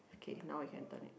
okay now we can turn it